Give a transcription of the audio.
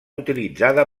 utilitzada